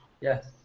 yes